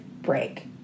break